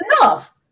enough